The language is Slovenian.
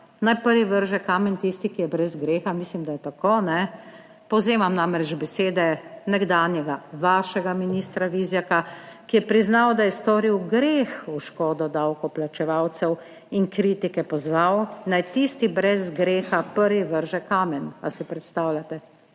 Naj prvi vrže kamen tisti, ki je brez greha? Mislim, da je tako, kajne? Povzemam namreč besede nekdanjega vašega ministra Vizjaka, ki je priznal, da je storil greh v škodo davkoplačevalcev, in kritike pozval, naj tisti brez greha prvi vrže kamen. Ali si predstavljate?